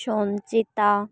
ᱥᱚᱱᱪᱤᱛᱟ